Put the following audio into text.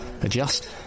adjust